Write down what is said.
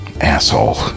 Asshole